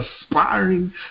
aspiring